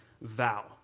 vow